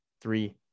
Three